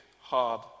hard